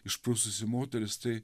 išprususi moteris tai